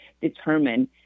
determine